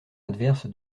adverse